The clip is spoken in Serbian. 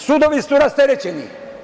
Sudovi su rasterećeni.